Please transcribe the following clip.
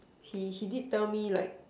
she she did tell me like